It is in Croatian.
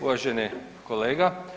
Uvaženi kolega.